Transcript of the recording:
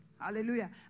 Hallelujah